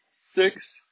six